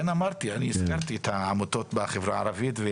אני הזכרתי את העמותות בחברה הערבית.